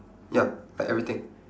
ya like everything